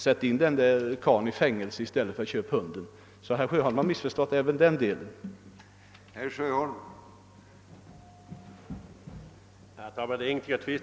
Sätt in den där karlen i fängelse i stället för att köpa hunden!» Herr Sjöholm har alltså missförstått även den delen av min förklaring.